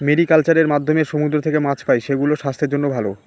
mariculture এর মাধ্যমে সমুদ্র থেকে মাছ পাই, সেগুলো স্বাস্থ্যের জন্য ভালো